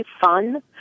fun